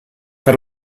per